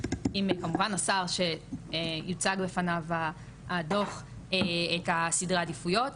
כמובן עם השר שיוצג בפניו הדו"ח את סדרי העדיפויות.